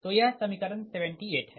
तो यह समीकरण 78 है